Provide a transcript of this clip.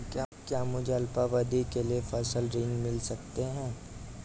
क्या मुझे अल्पावधि के लिए फसल ऋण मिल सकता है?